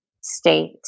state